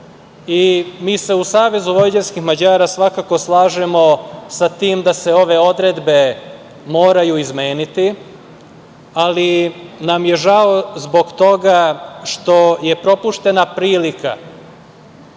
se u SVM svakako slažemo sa tim da se ove odredbe moraju izmeniti, ali nam je žao zbog toga što je propuštena prilika